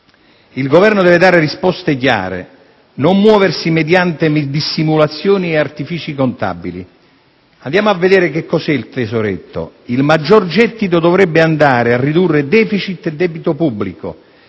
Il Governo deve dare risposte chiare, non muoversi mediante dissimulazioni e artifici contabili. Andiamo a vedere che cos'è il tesoretto. Il maggior gettito dovrebbe andare a ridurre *deficit* e debito pubblico,